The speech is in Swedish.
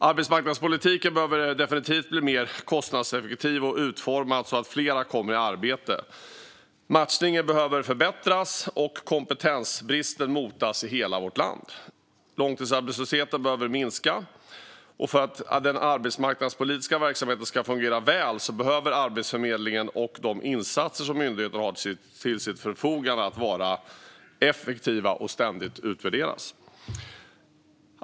Arbetsmarknadspolitiken behöver definitivt bli mer kostnadseffektiv och utformad så att fler kommer i arbete. Matchningen behöver förbättras och kompetensbristen motas i hela vårt land. Långtidsarbetslösheten behöver minska. För att den arbetsmarknadspolitiska verksamheten ska fungera väl behöver Arbetsförmedlingen och de insatser som myndigheten har till sitt förfogande vara effektiva och ständigt utvärderas.